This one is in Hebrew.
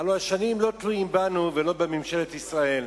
הרי הגשמים לא תלויים בנו ולא בממשלת ישראל.